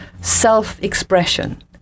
self-expression